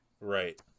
Right